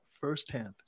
firsthand